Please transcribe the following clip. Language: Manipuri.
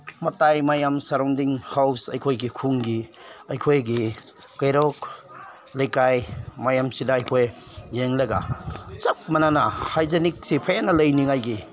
ꯃꯇꯥꯏ ꯃꯌꯥꯝ ꯁꯔꯥꯎꯟꯗꯤꯡ ꯍꯥꯎꯁ ꯑꯩꯈꯣꯏꯒꯤ ꯈꯨꯟꯒꯤ ꯑꯩꯈꯣꯏꯒꯤ ꯀꯩꯔꯣꯜ ꯂꯩꯀꯥꯏ ꯃꯌꯥꯝꯁꯤꯗ ꯑꯩꯈꯣꯏ ꯌꯦꯡꯂꯒ ꯆꯞ ꯃꯥꯟꯅꯅ ꯍꯥꯏꯖꯤꯅꯤꯛꯁꯦ ꯍꯦꯟꯅ ꯂꯩꯅꯅꯤꯡꯉꯥꯏꯒꯤ